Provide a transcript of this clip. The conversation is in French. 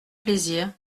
plaisir